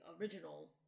original